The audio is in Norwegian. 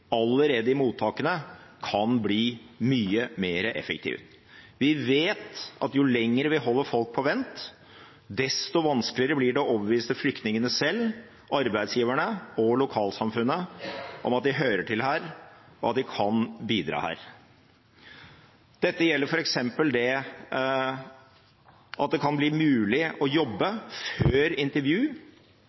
allerede i mottakene kan bli mye mer effektiv. Vi vet at jo lenger vi holder folk på vent, desto vanskeligere blir det å overbevise flyktningene selv, arbeidsgiverne og lokalsamfunnet om at de hører til her, og at de kan bidra her. Dette gjelder f.eks. det at det kan bli mulig å jobbe før intervju,